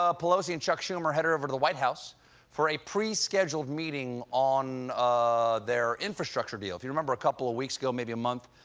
ah pelosi and chuck schumer headed over to the white house for a pre-scheduled meeting on their infrastructure deal. if you remember a couple of weeks ago, make a month,